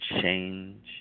change